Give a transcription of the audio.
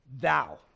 thou